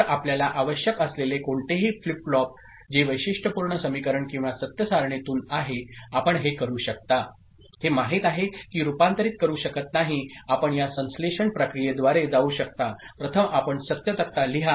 तर आपल्याला आवश्यक असलेले कोणतेही फ्लिप फ्लॉप जे वैशिष्ट्यपूर्ण समीकरण किंवा सत्य सारणीतून आहे आपण हे करू शकता हे माहित आहे की रूपांतरित करू शकत नाही आपण या संश्लेषण प्रक्रियेद्वारे जाऊ शकता प्रथम आपण सत्य तक्ता लिहा